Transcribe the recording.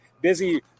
busy